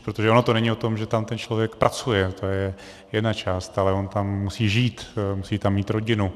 Protože ono to není o tom, že tam ten člověk pracuje, to je jedna část, ale on tam musí žít, musí tam mít rodinu atd.